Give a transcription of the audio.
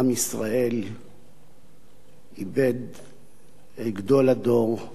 עם ישראל איבד את גדול הדור,